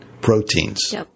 proteins